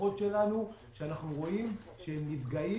מהלקוחות שלנו שאנחנו רואים שהם נפגעים.